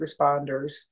responders